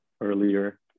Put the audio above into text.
earlier